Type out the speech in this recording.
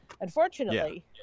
unfortunately